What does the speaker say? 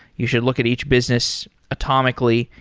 you should look at each business atomically.